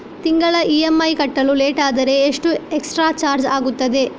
ತಿಂಗಳ ಇ.ಎಂ.ಐ ಕಟ್ಟಲು ಲೇಟಾದರೆ ಎಷ್ಟು ಎಕ್ಸ್ಟ್ರಾ ಚಾರ್ಜ್ ಆಗುತ್ತದೆ?